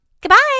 goodbye